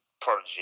prodigy